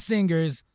Singers